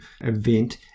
event